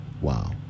Wow